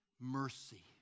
mercy